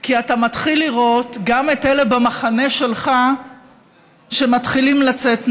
כי אתה מתחיל לראות גם את אלה במחנה שלך שמתחילים לצאת נגד.